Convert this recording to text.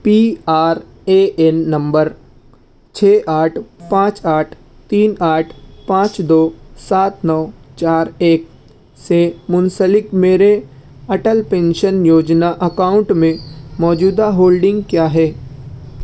P R A N number چھ آٹھ پانچ آٹھ تین آٹھ پانچ دو سات نو چار ایک سے منسلک میرے اٹل پینشن یوجنا اکاؤنٹ میں موجودہ ہولڈنگ کیا ہے